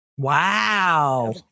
Wow